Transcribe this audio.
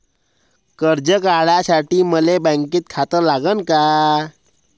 कर्ज काढासाठी मले बँकेत खातं लागन का?